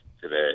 today